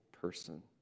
person